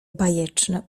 bajeczne